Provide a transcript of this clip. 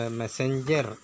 messenger